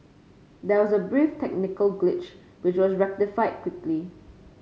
there was a brief technical glitch which was rectified quickly